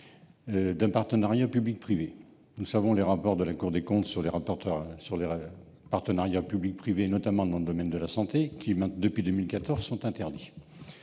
d'un partenariat public-privé. Nous connaissons les rapports de la Cour des comptes sur les partenariats publics-privés, notamment dans le domaine de la santé, qui sont interdits